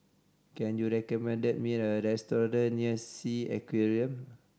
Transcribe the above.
can you recommend me a restaurant near Sea Aquarium